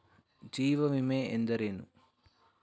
ಜೀವ ವಿಮೆ ಎಂದರೇನು?